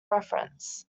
reference